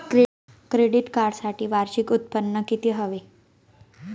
Credit कार्डसाठी वार्षिक उत्त्पन्न किती हवे?